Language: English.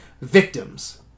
victims